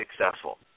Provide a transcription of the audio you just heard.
successful